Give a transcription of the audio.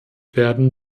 werden